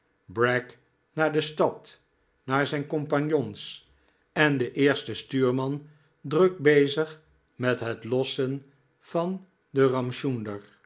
bragg naar de stad naar zijn compagnons en de eerste stuurman druk bezig met het lossen van den